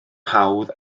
hawdd